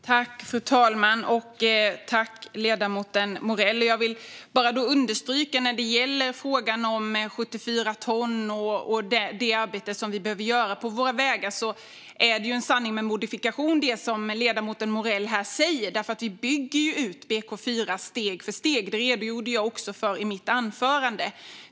Fru talman! Jag vill bara understryka att det som ledamoten säger när det gäller frågan om 74-tonsekipage och det arbete som vi behöver göra på våra vägar är en sanning med modifikation. Vi bygger ju steg för steg ut BK4. Det redogjorde jag också för i mitt anförande.